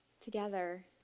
together